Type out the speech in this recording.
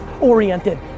oriented